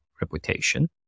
reputation